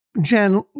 Jen